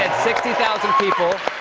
sixty thousand people.